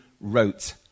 wrote